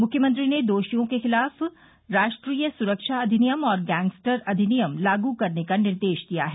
मुख्यमंत्री ने दोषियों के खिलाफ राष्ट्रीय सुरक्षा अधिनियम और गैंगस्टर अधिनियम लागू करने का निर्देश दिया है